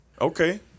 okay